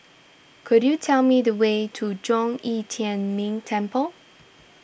could you tell me the way to Zhong Yi Tian Ming Temple